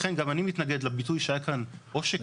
לכן גם אני מתנגד לביטוי שהיה כאן עושק.